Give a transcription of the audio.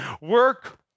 Work